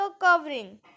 covering